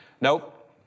nope